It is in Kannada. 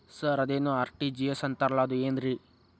ಸರ್ ಅದೇನು ಆರ್.ಟಿ.ಜಿ.ಎಸ್ ಅಂತಾರಲಾ ಅದು ಏನ್ರಿ?